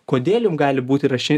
kodėl jum gali būti rašy